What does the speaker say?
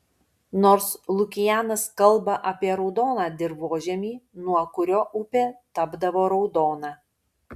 nors lukianas kalba apie raudoną dirvožemį nuo kurio upė tapdavo raudona